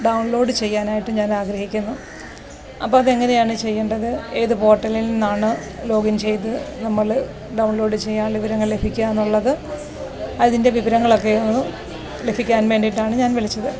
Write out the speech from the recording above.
download ചെയ്യാനായിട്ട് ഞാൻ ആഗ്രഹിക്കുന്നു അപ്പോൾ അതെങ്ങനെയാണ് ചെയ്യേണ്ടത് ഏത് പോട്ടലിൽ നിന്നാണ് ലോഗിൻ ചെയ്തു നമ്മൾ ഡൗൺലോഡ് ചെയ്യാൻ വിവരങ്ങൾ ലഭിക്കുകയെന്നുള്ളത് അതിൻ്റെ വിവരങ്ങളൊക്കെയൊന്ന് ലഭിക്കാൻ വേണ്ടിയിട്ടാണ് ഞാൻ വിളിച്ചത്